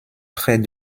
près